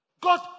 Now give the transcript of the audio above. God